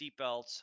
seatbelts